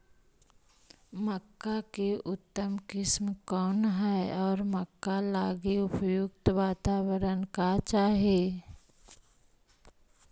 मक्का की उतम किस्म कौन है और मक्का लागि उपयुक्त बाताबरण का चाही?